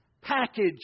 package